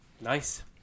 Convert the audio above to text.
Nice